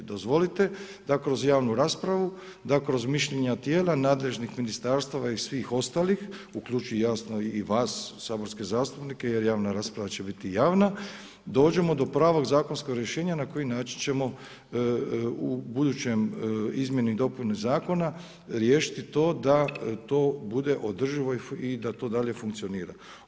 Dozvolite da kroz javnu raspravu, da kroz mišljenja tijela nadležnih ministarstava i svih ostalih uključujući jasno i vas saborske zastupnike, jer javna rasprava će biti javna, dođemo do pravog zakonskog rješenja, na koji način ćemo u budućem izmjeni i dopuni zakona riješiti to da to bude održivo i da to dalje funkcionira.